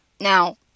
Now